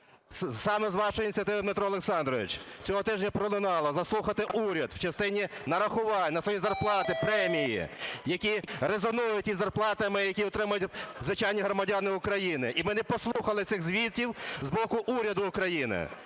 Саме з вашої ініціативи, Дмитро Олександрович, цього тижня пролунало: заслухати уряд в частині нарахувань на свої зарплати премії, які резонують із зарплатами, які отримують звичайні громадяни України. І ми не послухали цих звітів з боку уряду України.